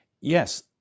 Yes